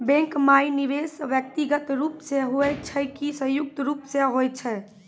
Bank माई निवेश व्यक्तिगत रूप से हुए छै की संयुक्त रूप से होय छै?